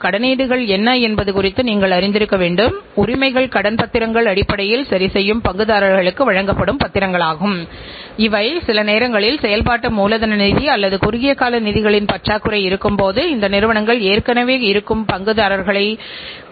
இப்போது நாம் உற்பத்தித்திறன் என்று அழைக்கப்படும் ஒன்றைப் பற்றி பேசுவோம் ஏனென்றால் நான் உங்களிடம் சுழற்சி நேரத்தை பற்றி பேசிக் கொண்டிருந்தபோது அவைகளோடு இணைக்கப்பட்ட நுட்பங்கள் என்று இருக்கிறது